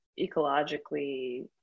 ecologically